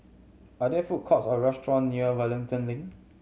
are there food courts or restaurant near Wellington Link